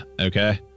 okay